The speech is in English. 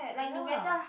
ya